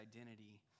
identity